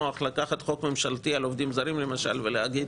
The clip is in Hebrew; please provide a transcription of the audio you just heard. נוח לקחת חוק ממשלתי על עובדים זרים למשל ולהגיד,